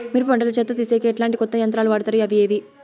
మిరప పంట లో చెత్త తీసేకి ఎట్లాంటి కొత్త యంత్రాలు వాడుతారు అవి ఏవి?